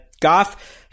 Goff